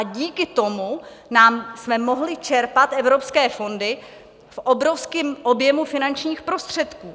Díky tomu jsme mohli čerpat evropské fondy v obrovském objemu finančních prostředků.